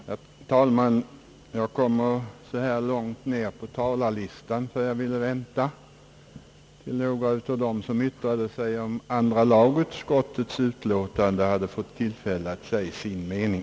Herr talman! Jag uppträder så här långt ner på talarlistan, ty jag ville vänta tills några av dem som yttrat sig om andra lagutskottets utlåtande hade fått tillfälle att säga sin mening.